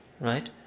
right